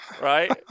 right